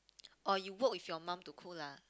oh you will with your mum to cook lah